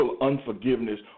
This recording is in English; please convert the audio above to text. unforgiveness